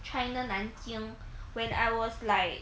china 南京 when I was like